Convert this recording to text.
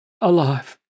alive